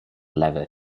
lever